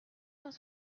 cent